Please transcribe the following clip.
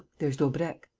there's daubrecq.